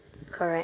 correct